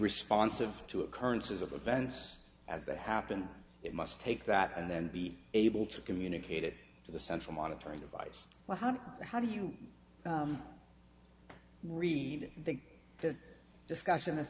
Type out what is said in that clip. responsive to occurrences of events as they happen it must take that and then be able to communicate it to the central monitoring device well how do you read the the discussion